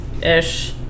Ish